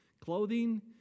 Clothing